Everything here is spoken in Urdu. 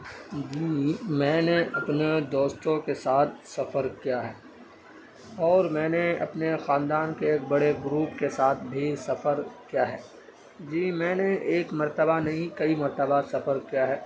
جی میں نے اپنا دوستوں کے ساتھ سفر کیا ہے اور میں نے اپنے خاندان کے ایک بڑے گروپ کے ساتھ بھی سفر کیا ہے جی میں نے ایک مرتبہ نہیں کئی مرتبہ سفر کیا ہے